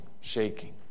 shaking